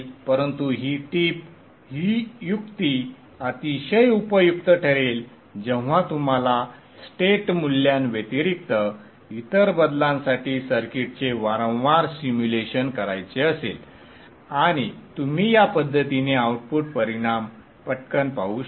परंतु ही टिप ही युक्ती अतिशय उपयुक्त ठरेल जेव्हा तुम्हाला स्टेट मूल्यांव्यतिरिक्त इतर बदलांसाठी सर्किटचे वारंवार सिम्युलेशन करायचे असेल आणि तुम्ही या पद्धतीने आउटपुट परिणाम पटकन पाहू शकता